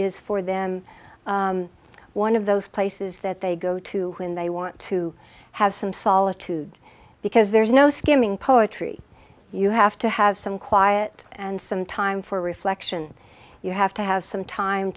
is for them one of those places that they go to when they want to have some solitude because there's no skimming poetry you have to have some quiet and some time for reflection you have to have some time